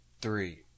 three